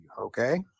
okay